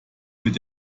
mit